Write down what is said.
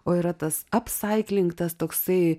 o yra tas apsaikling tas toksai